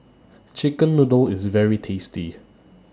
Chicken Noodles IS very tasty